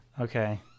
okay